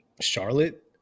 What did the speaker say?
Charlotte